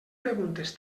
preguntes